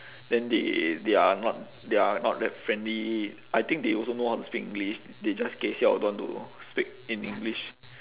then they they are not they are not that friendly I think they also know how to speak english they just gei siao don't want to speak in english